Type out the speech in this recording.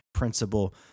principle